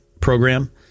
program